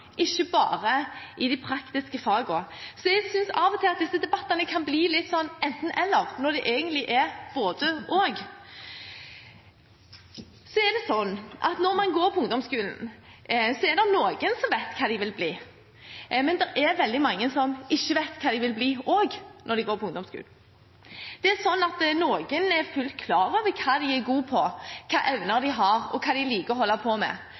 ikke bare i de praktiske fagene. Så jeg synes at disse debattene av og til kan bli litt sånn enten–eller, når det egentlig er både–og. Så er det slik at når man går på ungdomsskolen, er det noen som vet hva de vil bli, men det er også veldig mange som ikke vet hva de vil bli, når de går på ungdomsskolen. Noen er fullt klar over hva de er gode på, hvilke evner de har, og hva de liker å holde på med,